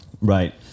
Right